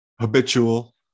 habitual